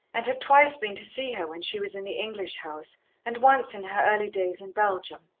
and had twice been to see her when she was in the english house and once in her early days in belgium.